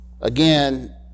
again